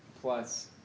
plus